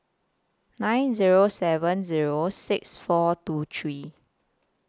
nine Zero seven Zero six four two hree